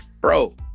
Bro